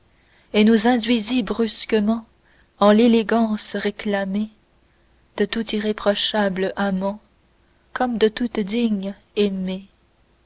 et nous induisit brusquement en l'élégance réclamée de tout irréprochable amant comme de toute digne aimée